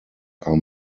are